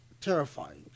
terrifying